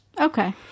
Okay